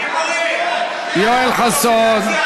יואל חסון,